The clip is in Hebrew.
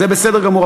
זה בסדר גמור.